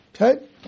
Okay